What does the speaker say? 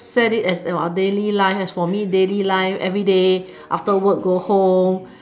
set it as our daily life as for me daily life everyday after work go home